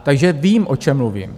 Takže vím, o čem mluvím.